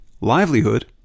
livelihood